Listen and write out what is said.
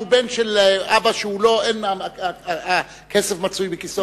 אלא הוא בן של אבא שאין הכסף מצוי בכיסו,